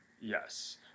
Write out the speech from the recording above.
yes